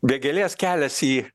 vėgėlės kelias į